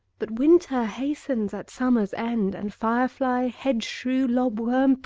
but winter hastens at summer's end, and fire-fly, hedge-shrew, lob-worm,